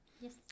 Yes